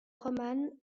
romane